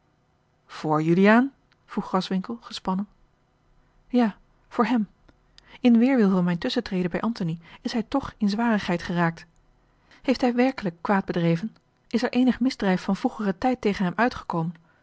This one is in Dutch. voor juliaan vroeg graswinckel gespannen ja voor hem in weêrwil van mijn tusschentreden bij antony is hij toch in zwarigheid geraakt heeft hij werkelijk kwaad bedreven is er eenig misdrijf van vroegeren tijd tegen hem uitgekomen